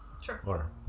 Sure